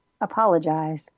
apologize